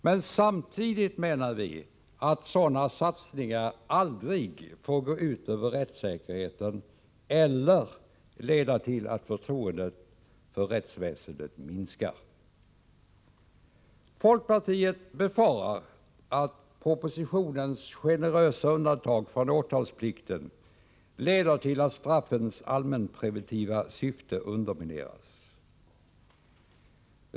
Men samtidigt menar vi att sådana satsningar aldrig får gå ut över rättssäkerheten eller leda till att förtroendet för rättsväsendet minskar. Folkpartiet befarar att propositionens generösa undantag från åtalsplikten leder till att straffens allmänpreventiva syfte undermineras.